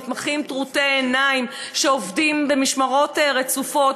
מתמחים טרוטי עיניים שעובדים במשמרות רצופות,